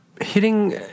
hitting